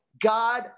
god